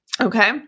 Okay